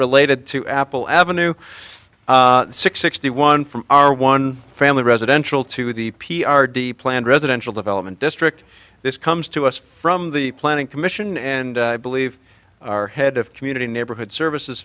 related to apple avenue sixty one from our one family residential to the p r d planned residential development district this comes to us from the planning commission and i believe our head of community neighborhood services